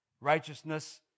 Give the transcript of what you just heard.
righteousness